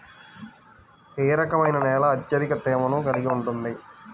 ఏ రకమైన నేల అత్యధిక తేమను కలిగి ఉంటుంది?